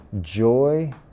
joy